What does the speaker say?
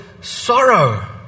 sorrow